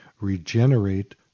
Regenerate